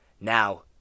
Now